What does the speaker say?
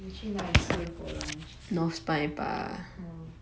你去哪里吃 for lunch orh